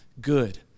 good